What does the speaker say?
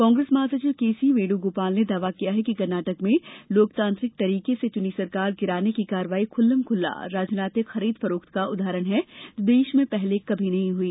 कांग्रेस माहासचिव केसी वेणुगोपाल ने दावा किया कि कर्नाटक में लोकतांत्रिक तरीके से चुनी सरकार गिराने की कार्रवाई खुल्लम खुल्ला राजनीतिक खरीद फरोख्त का उदाहरण है जो देश में पहले कभी नहीं हुई